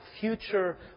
future